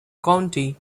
county